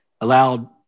allowed